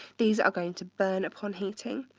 these are going to burn upon heating,